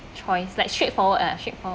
choice like straightforward ah straightforward